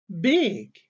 Big